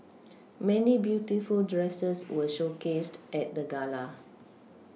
many beautiful dresses were showcased at the gala